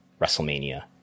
WrestleMania